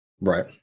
Right